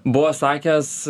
buvo sakęs